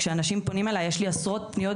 כשאנשים פונים אלי יש לי עשרות פניות